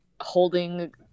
holding